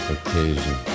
Occasion